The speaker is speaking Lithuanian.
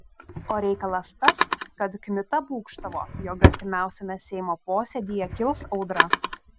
o reikalas tas kad kmita būgštavo jog artimiausiame seimo posėdyje kils audra